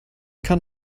kann